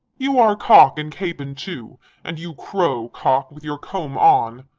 you are cock and capon too and you crow, cock, with your comb on.